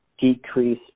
decrease